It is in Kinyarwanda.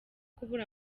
kubura